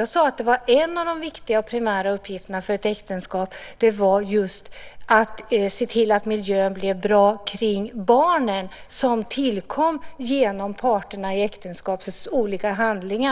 Jag sade att en av de viktiga och primära uppgifterna för ett äktenskap var just att se till att miljön blir bra för barnen, som tillkommer genom parternas olika handlingar i